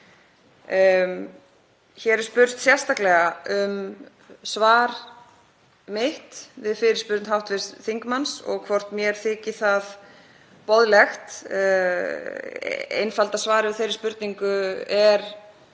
Hér er spurt sérstaklega um svar mitt við fyrirspurn hv. þingmanns og hvort mér þyki það boðlegt. Einfalda svarið við þeirri spurningu er: